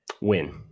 Win